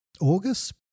August